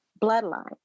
bloodline